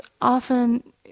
often